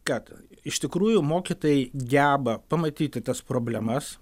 kad iš tikrųjų mokytojai geba pamatyti tas problemas